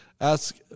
ask